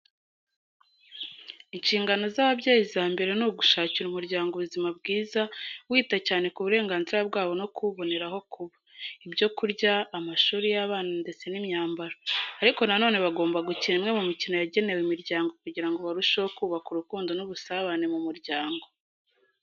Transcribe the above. Inshingano z'ababyeyi za mbere ni ugushakira umuryango ubuzima bwiza wita cyane ku burenganzira bwawo nko kuwubonera aho kuba, ibyo kurya, amashuri y'abana ndetse n'imyambaro. Ariko na none bagomba gukina imwe mu mikino yagenewe imiryango kugira ngo barusheho kubaka urukundo n'ubusabane mu muryango.